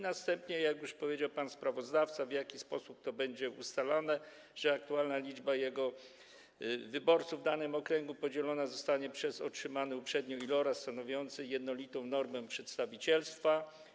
Następnie - już powiedział pan sprawozdawca, w jaki sposób to będzie ustalane - aktualna liczba wyborców w danym okręgu podzielona zostanie przez otrzymany uprzednio iloraz, stanowiący jednolitą normę przedstawicielstwa.